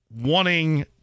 wanting